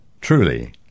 Truly